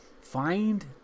Find